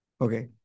Okay